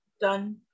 done